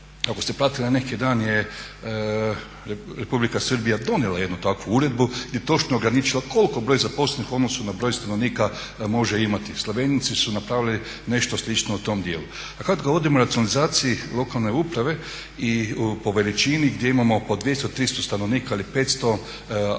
Ako ste pratili neki dan je Republika Srbija donijela jednu takvu uredbu gdje je točno ograničila koliko je broj zaposlenih u odnosu na broj stanovnika može imati. Slovenci su napravili nešto slično u tom dijelu. Kada govorimo o racionalizaciji lokalne uprave i po veličini gdje imamo po 200, 300 stanovnika ili 500, a to čini